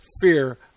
Fear